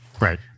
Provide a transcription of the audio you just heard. Right